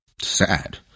sad